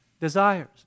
desires